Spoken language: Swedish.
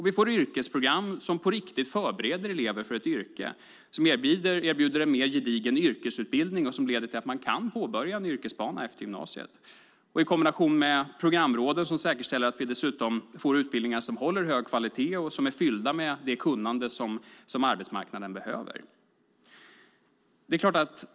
Vi får yrkesprogram som på riktigt förbereder elever för ett yrke, erbjuder en mer gedigen yrkesutbildning och leder till att de kan påbörja en yrkesbana efter gymnasiet. I kombination med programråden säkerställer det att vi dessutom får utbildningar som håller hög kvalitet och är fyllda med det kunnande arbetsmarknaden behöver.